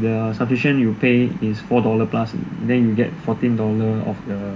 the subscription you pay is four dollar plus then you get fourteen dollar off the